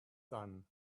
son